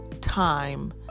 time